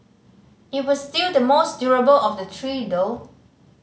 it was still the most durable of the three though